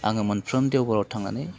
आङो मोनफ्रोम देवबाराव थांनानै